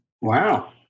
Wow